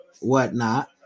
whatnot